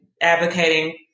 advocating